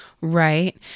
Right